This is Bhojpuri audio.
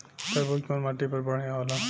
तरबूज कउन माटी पर बढ़ीया होला?